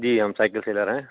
جی ہم cycle seller ہیں